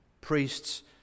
priests